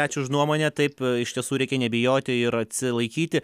ačiū už nuomonę taip iš tiesų reikia nebijoti ir atsilaikyti